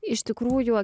iš tikrųjų